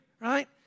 Right